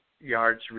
yards